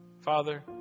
Father